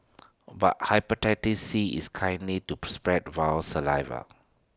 but Hepatitis C is kindly to spread via saliva